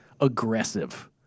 aggressive